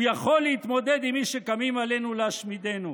יכול להתמודד עם מי שקמים עלינו להשמידנו.